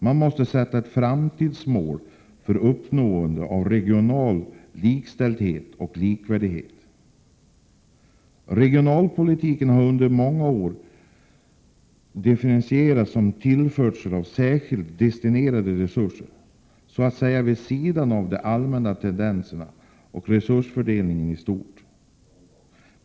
Man måste sätta ett framtidsmål för uppnående av regional likställdhet och likvärdighet. Regionalpolitiken har under många år definierats som tillförsel av särskilt destinerade resurser så att säga vid sidan av de allmänna tendenserna och resursfördelningen i stort.